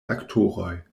aktoroj